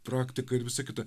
praktika ir visa kita